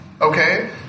okay